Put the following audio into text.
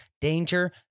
danger